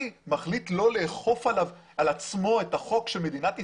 מחליט לא לאכוף על עצמו את החוק של מדינת ישראל.